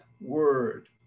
word